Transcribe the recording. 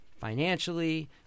financially